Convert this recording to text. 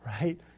right